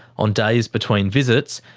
on days between visits,